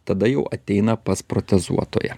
tada jau ateina pas protezuotoją